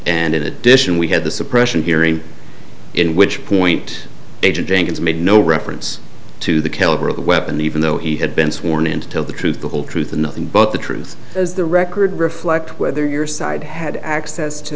and in addition we had the suppression hearing in which point agent jenkins made no reference to the caliber of the weapon even though he had been sworn in to tell the truth the whole truth and nothing but the truth is the record reflect whether your side had access to